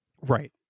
Right